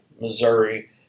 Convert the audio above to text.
Missouri